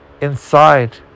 inside